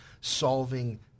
solving